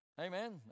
Amen